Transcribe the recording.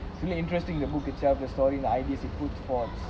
it's really interesting the book itself the story the ideas it puts forth